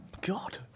god